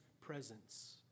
presence